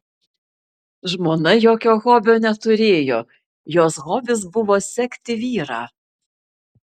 žmona jokio hobio neturėjo jos hobis buvo sekti vyrą